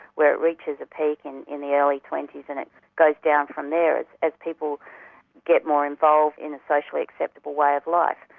where it reaches a peak and in the early twenty s and it goes down from there as as people get more involved in a socially acceptable way of life.